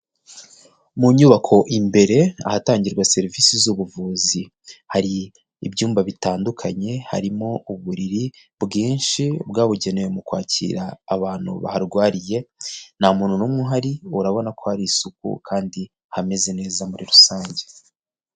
Mu nyubako imbere ahatangirwa serivise z'ubuvuzi hari ibyumba bitandukanye, harimo uburiri bwinshi bwabugenewe mu kwakira abantu baharwariye, nta muntu n'umwe uhari urabona ko hari isuku kandi hameze neza muri rusange.